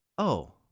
oh,